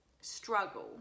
struggle